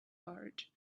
large